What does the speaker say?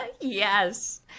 Yes